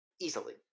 easily